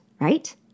Right